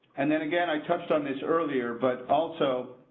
and then again, i touched on this earlier, but also